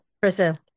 Brazil